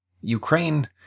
Ukraine